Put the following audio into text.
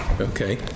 Okay